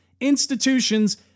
institutions